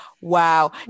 wow